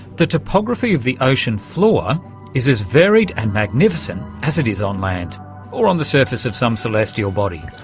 the topography of the ocean floor is as varied and magnificent as it is on land or on the surface of some celestial body.